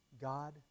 God